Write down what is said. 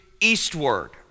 eastward